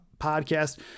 podcast